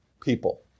people